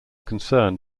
concern